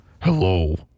hello